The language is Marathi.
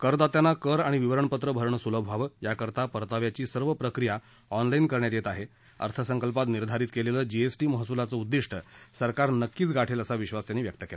करदात्यांना कर आणि विवरणपत्रं भरणं सुलभ व्हावं याकरता परताव्याची सर्व प्रक्रिया ऑनलाईन करण्यात येत आहे अर्थसंकल्पात निर्धारित केलेलं जी एस टी महसूलाचं उद्दिष्ट सरकार नक्कीच गाठेल असा विश्वास त्यांनी व्यक्त केला